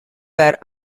wear